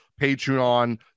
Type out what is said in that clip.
patreon